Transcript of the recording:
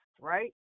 right